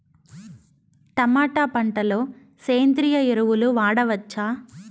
Tomato పంట లో సేంద్రియ ఎరువులు వాడవచ్చా?